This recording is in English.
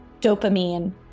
dopamine